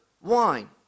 wine